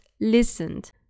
listened